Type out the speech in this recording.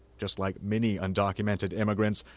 just like many undocumented immigrants,